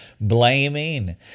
blaming